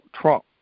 Trump